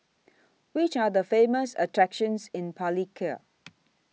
Which Are The Famous attractions in Palikir